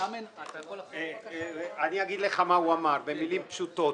אני אגיד לך מה הוא אמר במילים פשוטות,